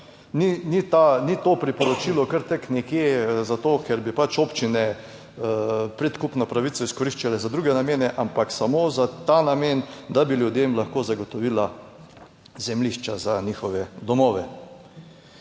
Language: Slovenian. ni to priporočilo kar tako nekje, zato ker bi pač občine predkupno pravico izkoriščale za druge namene, ampak samo za ta namen, da bi ljudem lahko zagotovila zemljišča za njihove domove.